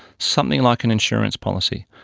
something like an insurance policy.